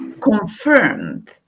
confirmed